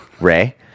Ray